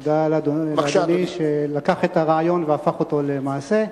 תודה לאדוני שלקח את הרעיון והפך אותו למעשה.